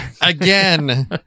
Again